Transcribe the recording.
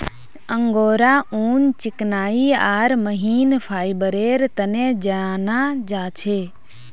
angora ऊन चिकनाई आर महीन फाइबरेर तने जाना जा छे